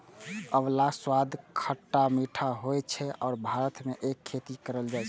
आंवलाक स्वाद खट्टा मीठा होइ छै आ भारत मे एकर खेती कैल जाइ छै